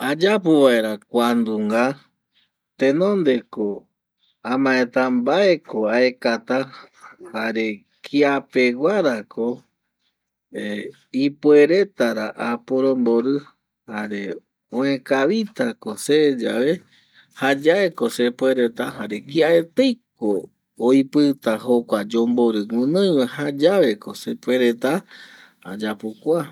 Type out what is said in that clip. Ayapo vaera kuanunga tenonde ko amaeta mbae ko aekata jare kia peguara ko ipuereta ra aporomborɨ jare oe kavita ko se yae jaye ko sepuereta jare kia eteiko oipɨta jokua yomborɨ guinoiva jayave ko sepuereta ayapo kua